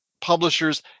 publishers